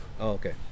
Okay